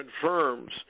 confirms